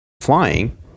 flying